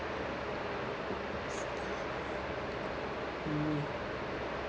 mm